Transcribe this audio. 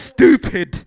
Stupid